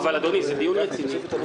אין צומת כבישים ואין כניסה לשכונה